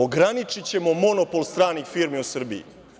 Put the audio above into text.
Ograničićemo monopol stranih firmi u Srbiji.